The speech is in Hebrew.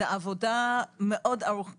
זו עבודה ארוכה מאוד.